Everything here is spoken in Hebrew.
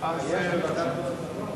יש בוועדת החוץ והביטחון?